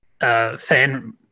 fan